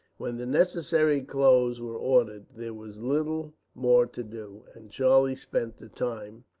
when the necessary clothes were ordered, there was little more to do and charlie spent the time,